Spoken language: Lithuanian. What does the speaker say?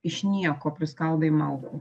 iš nieko priskaldai malkų